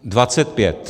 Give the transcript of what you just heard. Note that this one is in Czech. Dvacet pět!